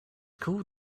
called